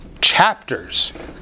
Chapters